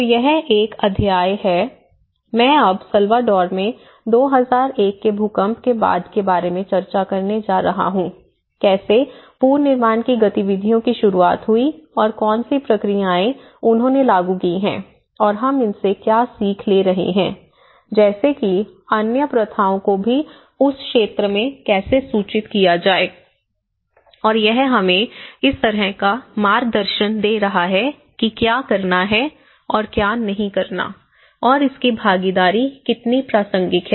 तो यह एक अध्याय है मैं अल सल्वाडोर में 2001 के भूकंप के बाद के बारे में चर्चा करने जा रहा हूं कैसे पुनर्निर्माण की गतिविधियों की शुरुआत हुई और कौन सी प्रक्रियाएं उन्होंने लागू की हैं और हम इनसे क्या सीख ले रहे हैं जैसे कि अन्य प्रथाओं को भी उस क्षेत्र में कैसे सूचित किया जाए और यह हमें इस तरह का मार्गदर्शन दे रहा है कि क्या करना है और क्या नहीं करना और इसकी भागीदारी कितनी प्रासंगिक है